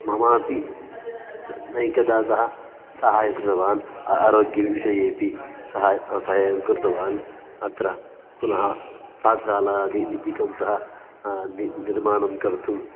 ममापि नैकदासः सहाय्यं कृतवान् अ आरोग्यविषयेऽपि सहाय्यं सहाय्यं कृतवान् अत्र पुनः पाठशालादिकं सह नि निर्माणं कर्तुम्